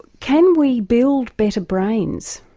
can we build better brains?